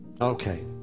Okay